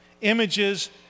images